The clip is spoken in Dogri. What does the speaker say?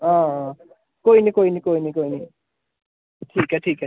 हां कोई निं कोई निं कोई निं कोई निं ठीक ऐ ठीक ऐ